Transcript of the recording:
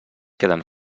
queden